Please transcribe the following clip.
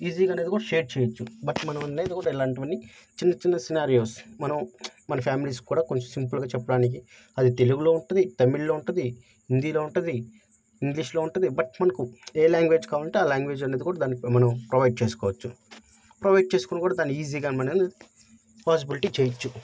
ఈజీగానేది కూడా షేర్ చేయవచ్చు బట్ మనం అనేది కూడా ఇలాంటివన్ని చిన్న చిన్న సినారియోస్ మనం మన ఫ్యామిలీస్ కూడా కొంచెం సింపుల్గా చెప్పడానికి అది తెలుగులో ఉంటుంది తమిళ్లో ఉంటుంది హిందీలో ఉంటుంది ఇంగ్లీష్లో ఉంటుంది బట్ మనకు ఏ లాంగ్వేజ్ కావాలంటే ఆ లాంగ్వేజ్ అనేది కూడా దానికి మనం ప్రొవైడ్ చేసుకోవచ్చు ప్రొవైడ్ చేసుకుని కూడా దాన్ని ఈజీగా మననేది పాసిబిలిటీ చేయవచ్చు